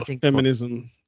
feminism